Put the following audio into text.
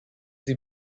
sie